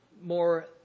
more